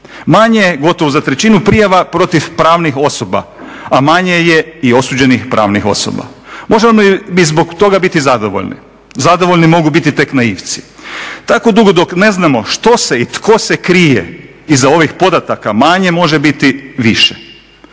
Manje je gotovo za trećinu prijava protiv pravnih osoba, a manje je i osuđenih pravnih osoba. Možemo li zbog toga biti zadovoljni? Zadovoljni mogu biti tek naivci. Tako dugo dok ne znamo što se i tko se krije iza ovih podataka manje može biti više.